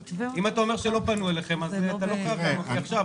אתה לא חייב לענות לי עכשיו,